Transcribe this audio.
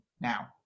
now